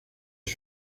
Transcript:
les